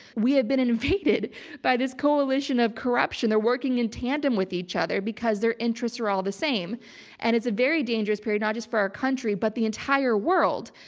we have been invaded by this coalition of corruption. they're working in tandem with each other because their interests are all the same and it's a very dangerous period, not just for our country, but the entire world.